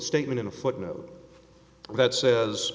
statement in a footnote that says